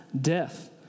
death